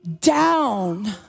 down